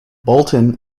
bolton